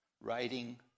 Writing